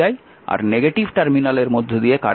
আর negative টার্মিনালের মাধ্যমে current প্রবেশ করালে এটি vi